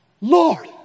lord